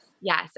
yes